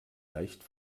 leicht